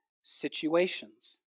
situations